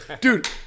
Dude